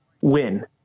win